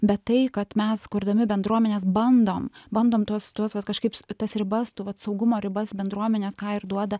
bet tai kad mes kurdami bendruomenes bandom bandom tuos tuos vat kažkaip tas ribas tų vat saugumo ribas bendruomenės ką ir duoda